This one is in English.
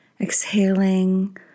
exhaling